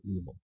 evil